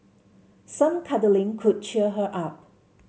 some cuddling could cheer her up